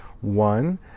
one